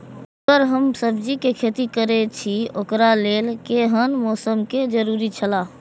अगर हम सब्जीके खेती करे छि ओकरा लेल के हन मौसम के जरुरी छला?